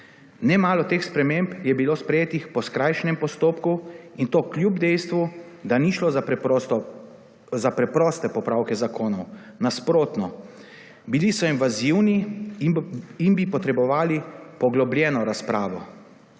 Nemalo teh sprememb je bilo sprejetih po skrajšanem postopku in to kljub dejstvu, da ni šlo za preproste popravke zakonov. Nasprotno, bili so invazivni in bi potrebovali poglobljeno razpravo.